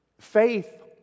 Faith